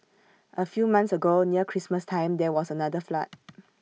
A few months ago near Christmas time there was another flood